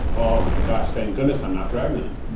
oh my gosh, thank goodness i'm not pregnant.